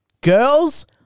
Girls